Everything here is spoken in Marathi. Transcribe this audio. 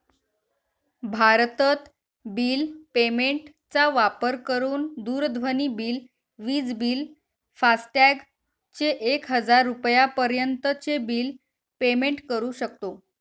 भारतत बिल पेमेंट चा वापर करून दूरध्वनी बिल, विज बिल, फास्टॅग चे एक हजार रुपयापर्यंत चे बिल पेमेंट करू शकतो